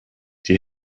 die